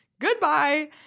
Goodbye